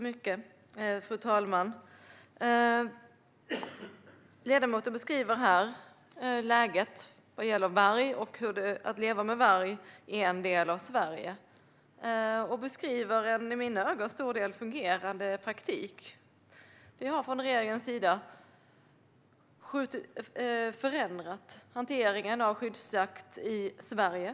Fru talman! Ledamoten beskriver läget vad gäller varg - att leva med varg är en del av att leva i Sverige - och beskriver en i mina ögon till stor del fungerande praktik. Vi har från regeringens sida förändrat hanteringen av skyddsjakt i Sverige.